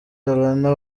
lallana